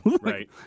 Right